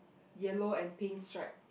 yellow and pink stripe